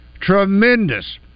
tremendous